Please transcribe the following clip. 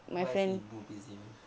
oh I see semua busy